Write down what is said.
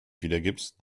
wiedergibst